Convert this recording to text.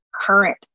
current